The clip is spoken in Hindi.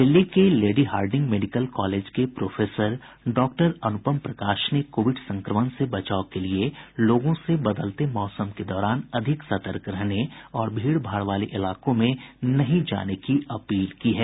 दिल्ली के लेडी हार्डिंग मेडिकल कॉलेज के प्रोफेसर डॉक्टर अनूपम प्रकाश ने कोविड संक्रमण से बचाव के लिये लोगों से बदलते मौसम के दौरान अधिक सतर्क रहने और भीड़भाड़ वाले इलाकों में नहीं जाने की अपील की है